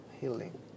healing